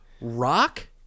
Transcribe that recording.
Rock